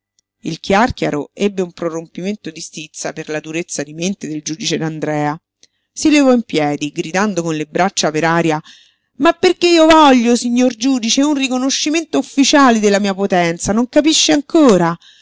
il chiàrchiaro ebbe un prorompimento di stizza per la durezza di mente del giudice d'andrea si levò in piedi gridando con le braccia per aria ma perché io voglio signor giudice un riconoscimento ufficiale della mia potenza non capisce ancora